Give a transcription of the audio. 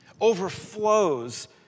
overflows